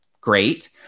Great